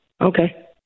Okay